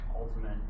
ultimate